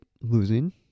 losing